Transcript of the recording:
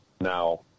Now